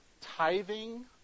tithing